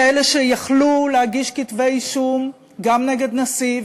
כאלה שהיו יכולים להגיש כתבי-אישום גם נגד נשיא,